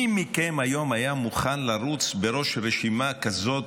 מי מכם היה מוכן היום לרוץ בראש רשימה כזאת,